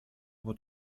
από